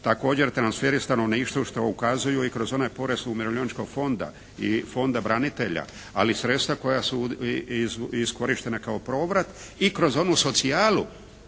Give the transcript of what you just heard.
Tako transferi stanovništvu što ukazuju i kroz onaj porez Umirovljeničkog fonda i Fonda branitelja, ali sredstva koja su iskorištena kao povrat i kroz onu socijalu